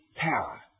power